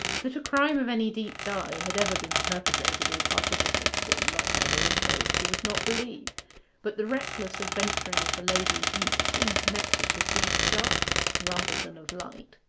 that a crime of any deep dye had ever been perpetrated or participated in by her namesake, she would not believe but the reckless adventuring of the lady's youth seemed connected with deeds of darkness rather than of light.